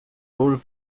ról